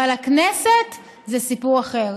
אבל הכנסת זה סיפור אחר.